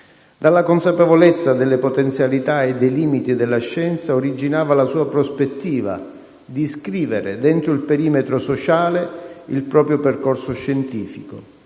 Dalla consapevolezza delle potenzialità e dei limiti della scienza originava la sua prospettiva di scrivere dentro il perimetro sociale il proprio percorso scientifico